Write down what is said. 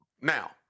Now